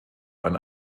ein